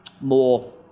more